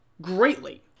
greatly